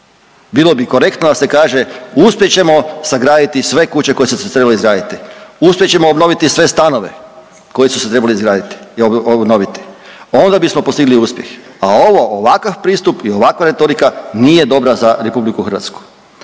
Bilo bi korektno da se kaže, uspjet ćemo sagraditi sve kuće koje su se trebale izgraditi, uspjet ćemo obnoviti sve stanove koji su se trebali izgraditi i obnoviti, a onda bismo postigli uspjeh, a ovo ovakav pristup i ovakva retorika nije dobra za RH.